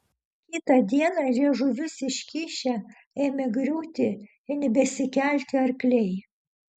kitą dieną liežuvius iškišę ėmė griūti ir nebesikelti arkliai